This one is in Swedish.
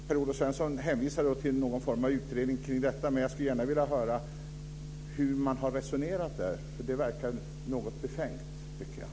Per-Olof Svensson hänvisar till någon form av utredning kring detta. Jag skulle gärna vilja höra hur man har resonerat där. Det verkar något befängt.